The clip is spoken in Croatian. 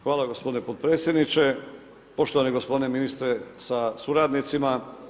Hvala gospodine potpredsjedniče, poštovani gospodine ministre sa suradnicima.